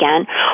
again